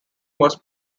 was